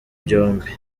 byombi